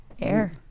Air